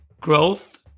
growth